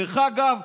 דרך אגב,